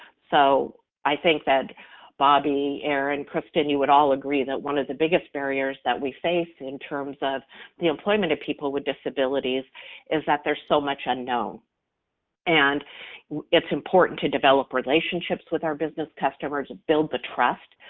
so i think that bobby, aaron, kristin, you would all agree that one of the biggest barriers that we face in terms of the employment of people with disabilities is that there's so much unknown and it's important to develop relationships with our business customers, build the trust,